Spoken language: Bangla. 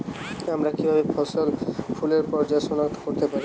আমরা কিভাবে ফসলে ফুলের পর্যায় সনাক্ত করতে পারি?